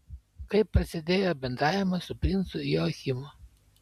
kaip prasidėjo bendravimas su princu joachimu